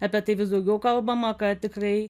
apie tai vis daugiau kalbama kad tikrai